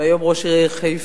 והיום ראש העיר חיפה,